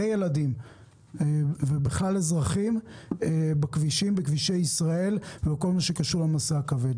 ילדים ובכלל אזרחים בכבישי ישראל בכל מה שקשור למשא הכבד.